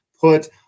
put